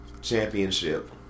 Championship